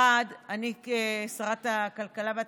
1. אני כשרת הכלכלה והתעשייה,